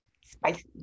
Spicy